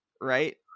right